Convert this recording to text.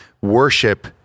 worship